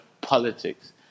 politics